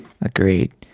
agreed